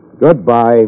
Goodbye